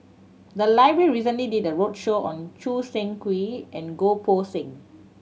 the library recently did a roadshow on Choo Seng Quee and Goh Poh Seng